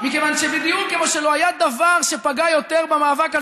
מכיוון שבדיוק כמו שלא היה דבר שפגע יותר במאבק על